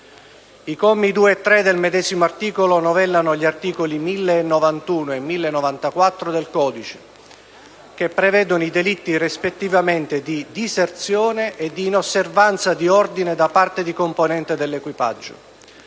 I commi 2 e 3 del medesimo articolo novellano gli articoli 1091 e 1094 del codice, che prevedono i delitti, rispettivamente, di diserzione e di inosservanza di ordine da parte di componente dell'equipaggio,